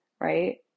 right